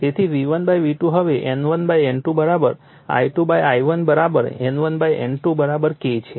તેથી V1 V2 હવે N1 N2 I2 I1 N1 N2 K છે